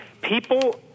people